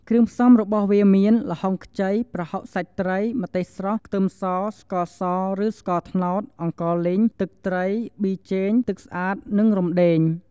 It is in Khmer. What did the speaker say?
គ្រឿងផ្សំរបស់វាមាន ល្ហុងខ្ចី ប្រហុកសាច់ត្រី ម្ទេសស្រស់ ខ្ទឹមស ស្ករស ឬ ស្ករត្នោត អង្កលីង ទឹកត្រី ប៊ីចេង ទឹកស្អាត និងរំដេង។